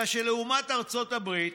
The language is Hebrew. אלא שלעומת ארצות הברית,